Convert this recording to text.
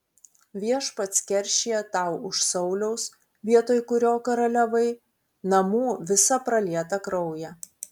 viešpats keršija tau už sauliaus vietoj kurio karaliavai namų visą pralietą kraują